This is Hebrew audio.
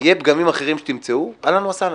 יהיו פגמים אחרים שתמצאו אהלן וסהלן.